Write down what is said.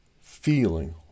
feeling